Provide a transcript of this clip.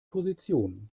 position